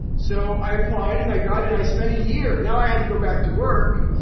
so i applied. and i got in. i spent a year. now i had to go back to work.